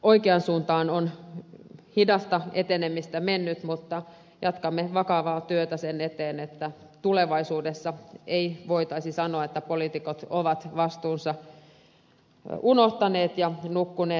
oikeaan suuntaan on hidasta etenemistä mutta jatkamme vakavaa työtä sen eteen että tulevaisuudessa ei voitaisi sanoa että poliitikot ovat vastuunsa unohtaneet ja nukkuneet